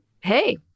Hey